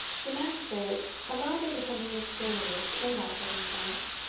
the magistrate allowed there was something mysterious in that circumstance,